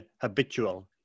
habitual